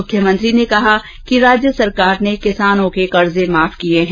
मुख्यमंत्री ने कहा कि राज्य सरकार ने किसानों के कर्ज माफ किए हैं